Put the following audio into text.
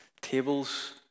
Tables